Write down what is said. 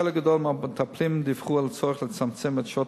חלק גדול מהמטפלים דיווחו על הצורך לצמצם את שעות